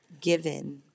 given